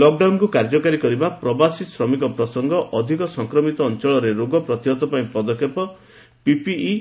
ଲକଡାଉନକୁ କାର୍ଯ୍ୟକାରୀ କରିବା ପ୍ରବାସୀ ଶ୍ରମିକ ପ୍ରସଙ୍ଗ ଅଧିକ ସଂକ୍ରମିତ ଅଞ୍ଚଳରେ ରୋଗ ପ୍ରତିହତ ପାଇଁ ପଦକ୍ଷେପ ପିପିଇ